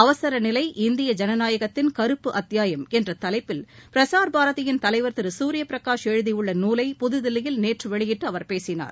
அவசர நிலை இந்திய ஜனநாயகத்தின் கருப்பு அத்தியாயம் என்ற தவைப்பில் பிரசார் பாரதியின் தலைவர் திரு சூரிய பிரகாஷ் எழுதியுள்ள நூலை புதுதில்லியில் நேற்று வெளியிட்டு அவர் பேசினார்